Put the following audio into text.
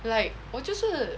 like 我就是